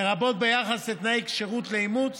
לרבות ביחסי לתנאי כשירות לאימוץ